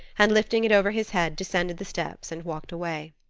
and lifting it over his head descended the steps and walked away.